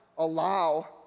allow